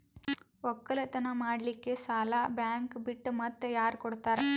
ಒಕ್ಕಲತನ ಮಾಡಲಿಕ್ಕಿ ಸಾಲಾ ಬ್ಯಾಂಕ ಬಿಟ್ಟ ಮಾತ್ಯಾರ ಕೊಡತಾರ?